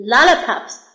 Lollipop's